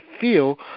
feel